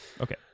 Okay